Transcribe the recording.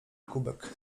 kubek